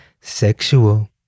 sexual